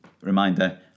reminder